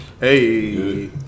Hey